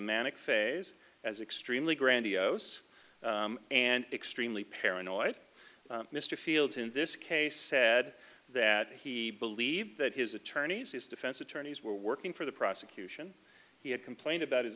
manic phase as extremely grandiose and extremely paranoid mr fields in this case said that he believed that his attorneys his defense attorneys were working for the prosecution he had complained about his